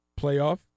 playoff